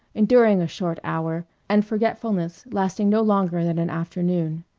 enduring a short hour, and forgetfulnesses lasting no longer than an afternoon.